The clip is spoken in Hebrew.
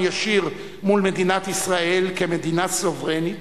ישיר מול מדינת ישראל כמדינה סוברנית,